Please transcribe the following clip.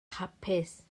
hapus